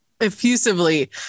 effusively